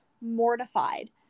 mortified